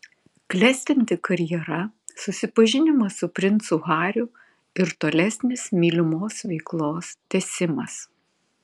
klestinti karjera susipažinimas su princu hariu ir tolesnis mylimos veiklos tęsimas